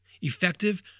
effective